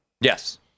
Yes